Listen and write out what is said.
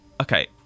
okay